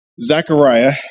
Zechariah